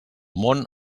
món